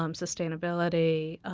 um sustainability,